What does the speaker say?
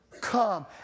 come